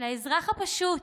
האזרח הפשוט,